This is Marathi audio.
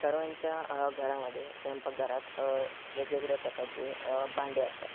सर्वांच्या घरामध्ये स्वयंपाकघरात वेगवेगळ्या प्रकारचे भांडे असतात